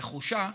נחושה,